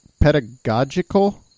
Pedagogical